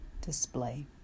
display